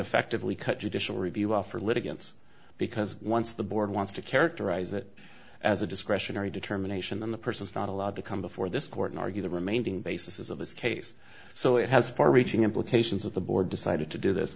effectively cut judicial review off for litigants because once the board wants to characterize it as a discretionary determination and the person is not allowed to come before this court and argue the remaining basis of his case so it has far reaching implications at the board decided to do this